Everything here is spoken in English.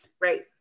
Right